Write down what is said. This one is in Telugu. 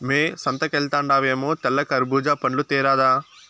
మ్మే సంతకెల్తండావేమో తెల్ల కర్బూజా పండ్లు తేరాదా